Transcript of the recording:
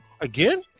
again